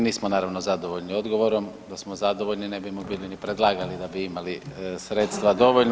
Nismo naravno zadovoljni odgovorom, da smo zadovoljni ne bimo bili ni predlagali da bi imali sredstva dovoljno.